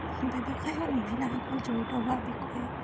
ব্যৱসায়ত মহিলাসকল জড়িত হোৱাৰ বিষয়ে